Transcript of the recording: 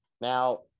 Now